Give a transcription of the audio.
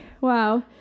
Wow